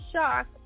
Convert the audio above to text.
shock